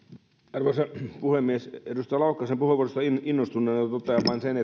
arvoisa puhemies edustaja laukkasen puheenvuorosta innostuneena totean vain sen